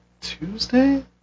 Tuesday